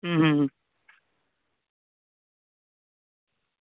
હં હં